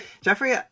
Jeffrey